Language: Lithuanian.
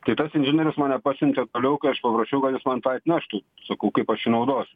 tai tas inžinierius mane pasiuntė toliau kai aš paprašiau kad jis man tą atneštų sakau kaip aš jį naudosiu